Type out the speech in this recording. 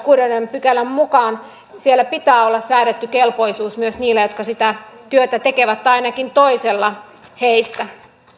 kuudennen pykälän mukaan siellä pitää olla säädetty kelpoisuus myös niillä jotka sitä työtä tekevät tai ainakin toisella heistä